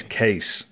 case